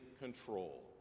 control